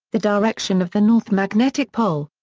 the direction of the north magnetic pole.